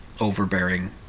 overbearing